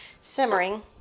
simmering